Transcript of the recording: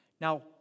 Now